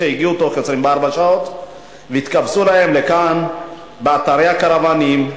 הגיעו בתוך 24 שעות והתקבצו להם לכאן באתרי הקרוונים,